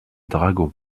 dragons